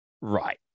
Right